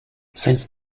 since